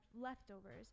leftovers